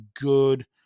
good